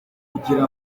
kugira